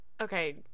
Okay